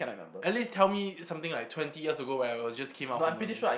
at least tell me something like twenty years ago when I was just came out from my